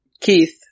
Keith